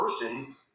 person